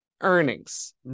earnings